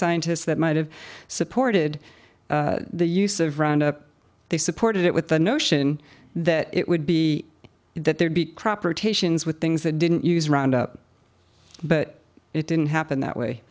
scientists that might have supported the use of roundup they supported it with the notion that it would be it that there'd be crop rotation with things that didn't use round up but it didn't happen that way